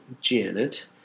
Janet